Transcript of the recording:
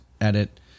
edit